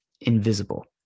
invisible